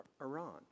Iran